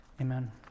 Amen